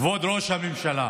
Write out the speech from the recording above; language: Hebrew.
כבוד ראש הממשלה,